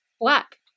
Black